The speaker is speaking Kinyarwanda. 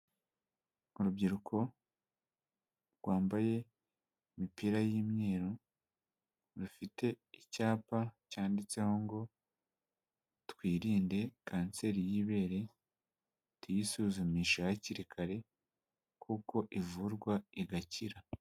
Urubyiruko rwambaye imipira y'imyeru; rufite icyapa cyanditseho ngo twirinde kanseri y'ibere; tuyisuzumishe hakiri kare, kuko ivurwa igakira.